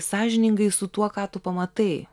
sąžiningai su tuo ką tu pamatai